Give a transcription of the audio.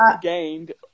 gained